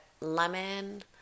lemon